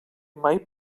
mai